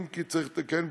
אם כי צריך לתקן,